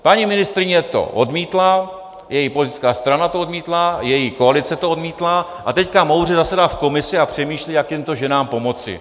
Paní ministryně to odmítla, její politická strana to odmítla, její koalice to odmítla a teď moudře zasedá v komisi a přemýšlí, jak těmto ženám pomoci.